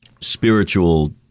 spiritual